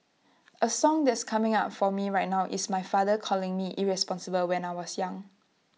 A song that's coming up for me right now is my father calling me irresponsible when I was young